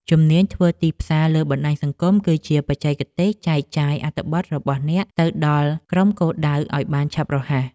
ជំនាញធ្វើទីផ្សារលើបណ្ដាញសង្គម គឺជាបច្ចេកទេសចែកចាយអត្ថបទរបស់អ្នកឱ្យទៅដល់ក្រុមគោលដៅបានឆាប់រហ័ស។